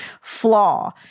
flaw